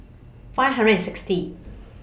five hundred and sixty